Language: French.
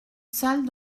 salle